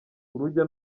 urujya